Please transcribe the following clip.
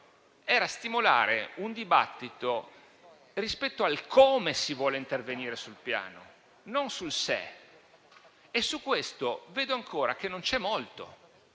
era stimolare un dibattito rispetto al come si vuole intervenire sul Piano, e non sul se. Su questo, però, vedo ancora che non c'è molto.